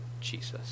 Jesus